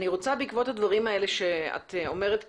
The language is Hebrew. בעקבות הדברים האלה שאת אומרת כאן,